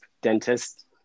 dentist